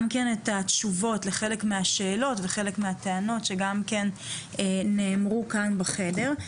כן את התשובות לחלק מהשאלות וחלק מהטענות שגם כן נאמרו כאן בחדר.